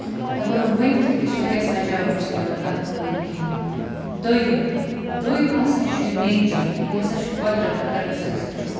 ہٮ۪کَو نہٕ ؤنۍ تھٕے کہِ سۄ کیاہ سَجاوَٹھ چھِ دِوان تَتھ پٔتۍ کِنۍ دوٚیِم دوٚیِم ہسا چھُ نیچر یہِ ہسا چھُ قۄدرِت اَگر ہسا أسۍ وٕچھو